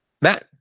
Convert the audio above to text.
Matt